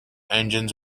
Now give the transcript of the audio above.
engines